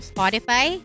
Spotify